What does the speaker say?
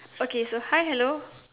okay so hi hello